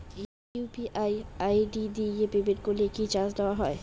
UPI ID দিয়ে payment করলে কি চার্জ নেয়া হয়?